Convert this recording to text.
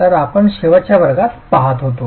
तर आपण शेवटच्या वर्गात पहात होतो